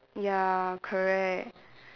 ya correct